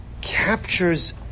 captures